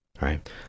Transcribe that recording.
right